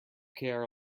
care